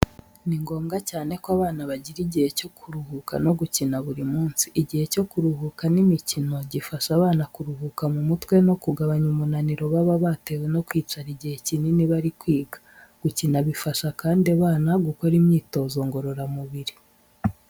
Ni ngombwa cyane ko abana bagira igihe cyo kuruhuka no gukina buri munsi. Igihe cyo kuruhuka n'imikino gifasha abana kuruhuka mu mutwe no kugabanya umunaniro baba batewe no kwicara igihe kinini bari kwiga. Gukina bifasha kandi abana gukora imyitozo ngororamubiri.